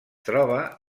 troba